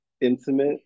intimate